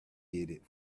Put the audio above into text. head